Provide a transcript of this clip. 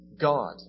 God